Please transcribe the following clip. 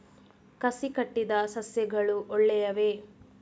ಕಸಿ ಕಟ್ಟಿದ ಸಸ್ಯಗಳು ಒಳ್ಳೆಯವೇ?